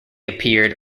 appeared